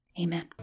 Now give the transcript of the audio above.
amen